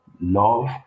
Love